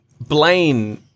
blaine